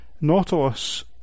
Nautilus